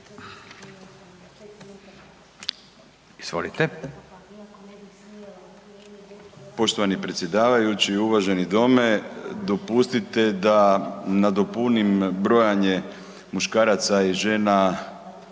(SDP)** Poštovani predsjedavajući, uvaženi dome dopustite da nadopunim brojanje muškaraca i žena